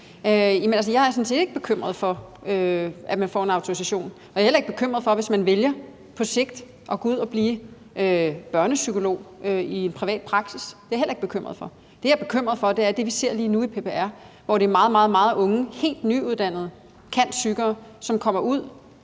Jeg er sådan set ikke bekymret for, at man får en autorisation, og jeg er heller ikke bekymret for det, hvis man vælger på sigt at gå ud og blive børnepsykolog i en privat praksis. Det er jeg heller ikke bekymret for. Det, jeg er bekymret for, er det, vi ser lige nu i PPR, hvor det er meget, meget unge, helt nyuddannede cand.psych.er, som kommer ud,